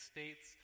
States